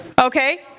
Okay